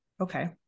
Okay